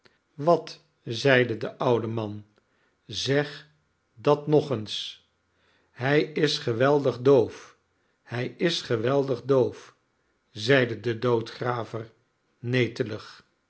wat zeide de oude man zeg dat nog eens hij is geweldig doof hij is geweldig doof zeide de doodgraver netelig